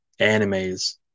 animes